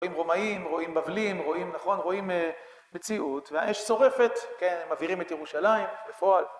רואים רומאים רואים בבלים רואים נכון רואים מציאות והאש שורפת כן הם מבעירים את ירושלים. בפועל